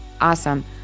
Awesome